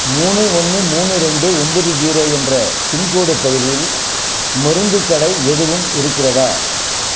மூணு ஒன்னு மூணு ரெண்டு ஒன்பது ஜீரோ என்ற பின்கோட் பகுதியில் மருந்துக் கடை எதுவும் இருக்கிறதா